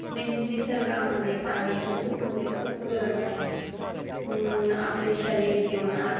निस निसर्गामध्ये पाण्याची खूप म्हणजे खूप गरज आहे आपले शारीरिक जीवन आर्थ